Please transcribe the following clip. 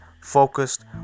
focused